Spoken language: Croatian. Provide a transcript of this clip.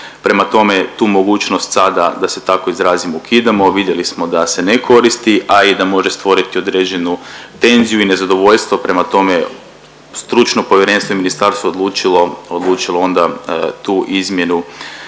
prema tome, tu mogućnost sada, da se tako izrazim, ukidamo, vidjeli smo da se ne koristi, a i da može stvoriti određenu tenziju i nezadovoljstvo, prema tome, stručno povjerenstvo i ministarstvo je odlučilo onda tu izmjenu,